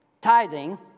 Tithing